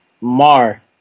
Mar